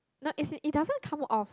no as in it doesn't come off